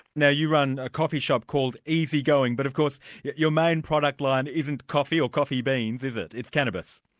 now you run a coffee-shop called easy-going, but of course your main product line isn't coffee or coffee beans, is it, it's cannabis?